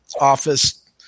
Office